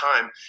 time